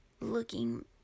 looking